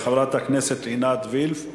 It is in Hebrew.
חברת הכנסת עינת וילף,